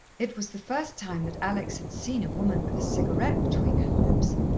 it was the first time that alex had seen a woman with a cigarette between her lips.